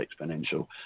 exponential